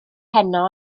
heno